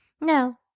No